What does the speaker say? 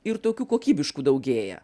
ir tokių kokybiškų daugėja